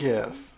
Yes